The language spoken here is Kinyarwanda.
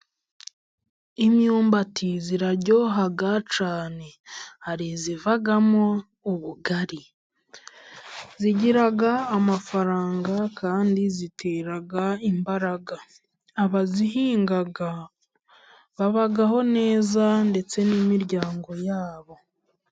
Imyumbati iraryoha cyane hari ivamo ubugari, igira amafaranga kandi itera imbaraga, abayihinga babaho neza ndetse n'imiryango yabo.